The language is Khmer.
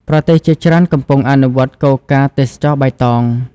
ប្រទេសជាច្រើនកំពុងអនុវត្តគោលការណ៍ទេសចរណ៍បៃតង។